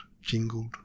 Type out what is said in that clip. jingled